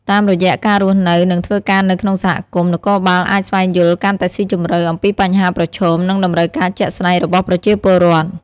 តាមរយៈ ការរស់នៅ និងធ្វើការនៅក្នុងសហគមន៍ នគរបាលអាចស្វែងយល់កាន់តែស៊ីជម្រៅអំពីបញ្ហាប្រឈម និងតម្រូវការជាក់ស្ដែងរបស់ប្រជាពលរដ្ឋ។